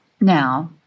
Now